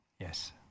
yes